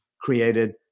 created